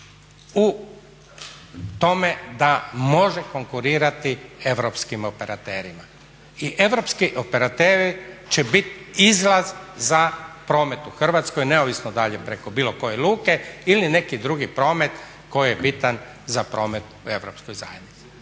u tome da može konkurirati europskim operaterima. I europski operateri će biti izlaz za promet u Hrvatskoj neovisno dalje preko bilo koje luke ili neki drugi promet koji je bitan za promet u Europskoj zajednici.